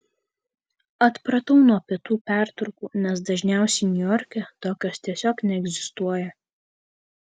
atpratau nuo pietų pertraukų nes dažniausiai niujorke tokios tiesiog neegzistuoja